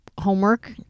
homework